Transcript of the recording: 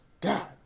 God